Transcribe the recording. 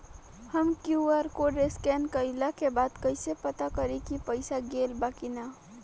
हम QR code scan कइला के बाद कइसे पता करि की पईसा गेल बा की न?